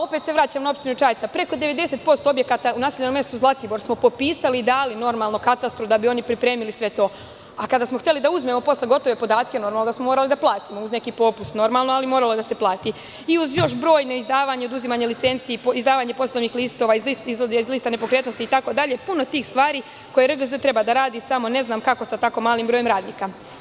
Opet se vraćam na opštinu Čajetina, preko 90% objekata u naseljenom mestu Zlatibor smo popisali i dali katastru da bi oni pripremili sve to, a kada smo hteli da uzmemo posle gotove podatke, onda smo morali da platimo uz neki popust, ali moralo je da se plati i uz brojna izdavanja i oduzimanja licenci, listova nepokretnosti, puno tih stvari koje RGZ treba da radi, samo ne znam kako sa tako malim brojem radnika.